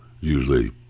usually